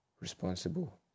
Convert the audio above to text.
responsible